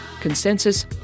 consensus